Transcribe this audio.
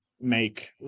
make